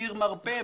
עיר מרפא,